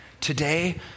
today